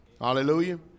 Hallelujah